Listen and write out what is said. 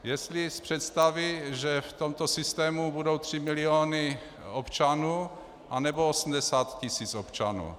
Jestli z představy, že v tomto systému budou 3 miliony občanů, anebo 80 tisíc občanů.